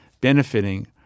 benefiting